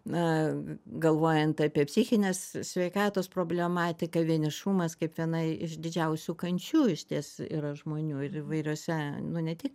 na galvojant apie psichinės sveikatos problematiką vienišumas kaip viena iš didžiausių kančių išties yra žmonių ir įvairiose nu ne tik